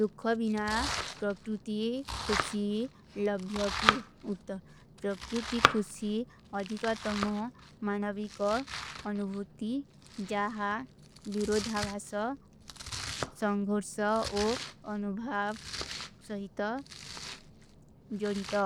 ଦୁଖା ବିନା ପ୍ରପ୍ରୁତି ଖୁଶୀ ଲଭ୍ଯା କୀ। ଉତ୍ତର, ପ୍ରପ୍ରୁତି ଖୁଶୀ ଅଧିକା ତମ୍ମା ମାନଵୀ କା ଅନୁଭୂତି ଜାହା ଵିରୋଧାଵାସ ସଂଗୋର୍ଶା ଔ ଅନୁଭାଵ ସହିତା ଜୋରିତା।